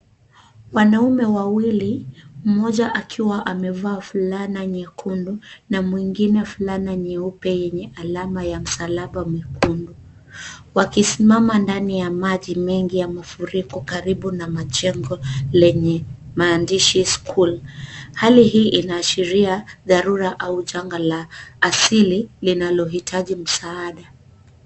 Wanaume wawili mmoja akiwa amevaa fulana nyekundu na mwingine nyeupe yenye alama ya msalaba mwekundu wakisimama ndani ya maji mengi ya mafuriko karibu na majengo lenye maandishi school . Hali hii inaashiria dharura au janga la asili linaloitaji msaada.